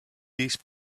these